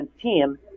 team